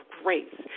grace